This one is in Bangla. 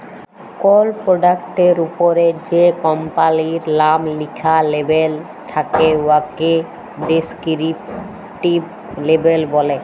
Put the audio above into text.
কল পরডাক্টের উপরে যে কম্পালির লাম লিখ্যা লেবেল থ্যাকে উয়াকে ডেসকিরিপটিভ লেবেল ব্যলে